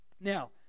Now